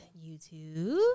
YouTube